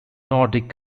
nordic